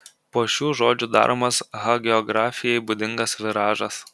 po šių žodžių daromas hagiografijai būdingas viražas